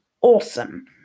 awesome